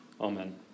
Amen